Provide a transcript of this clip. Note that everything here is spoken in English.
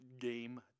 game